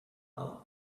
out